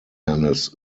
handelt